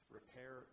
repair